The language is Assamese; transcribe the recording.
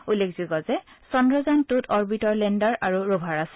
উল্লেখযোগ্য যে চন্দ্ৰযান টুত অৰ্বিটৰ লেণ্ডৰ আৰু ৰ'ভাৰ আছে